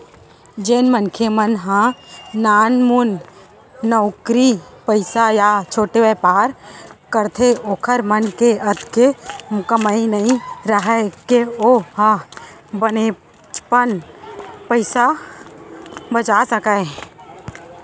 जेन मनखे मन ह नानमुन नउकरी पइसा या छोटे बयपार करथे ओखर मन के अतेक कमई नइ राहय के ओ ह बनेचपन पइसा बचा सकय